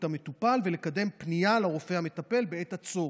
המטופל ולקדם פנייה לרופא המטפל בעת הצורך.